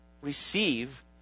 receive